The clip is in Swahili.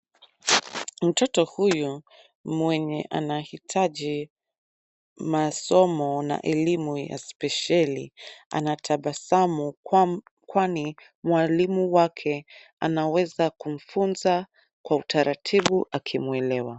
Mtoto huyu mwenye anahitaji masomo na elimu ya spesheli, anatabasamu kwani mwalimu wake anaweza kumfunza kwa utaratibu akimuelewa.